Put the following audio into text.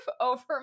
over